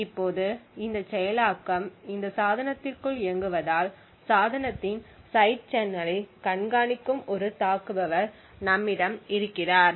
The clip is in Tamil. இப்போது இந்தச் செயலாக்கம் இந்தச் சாதனத்திற்குள் இயங்குவதால் சாதனத்தின் சைடு சேனலைக் கண்காணிக்கும் ஒரு தாக்குபவர் நம்மிடம் இருக்கிறார்